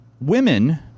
women